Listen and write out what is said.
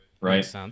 right